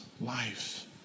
life